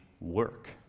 work